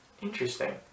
Interesting